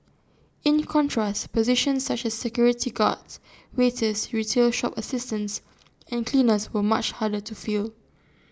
in contrast positions such as security guards waiters retail shop assistants and cleaners were much harder to fill